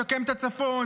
לשקם את הצפון.